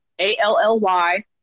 A-L-L-Y